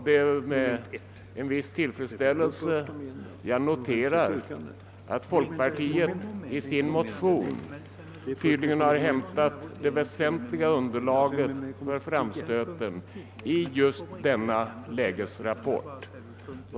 Det är med en viss tillfredsställelse jag noterar att folkpartiet i sin motion tydligen har hämtat det väsentliga underlaget för sin framstöt från just denna lägesrapport.